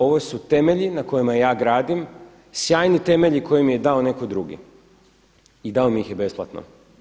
Ovo su temelji na kojima ja gradim, sjajni temelji koje mi je dao netko drugi i dao mi ih je besplatno.